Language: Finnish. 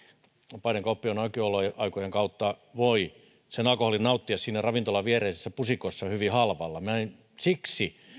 vapaiden kauppojen aukioloaikojen kautta voi sen alkoholin nauttia siinä ravintolan viereisessä pusikossa hyvin halvalla siksi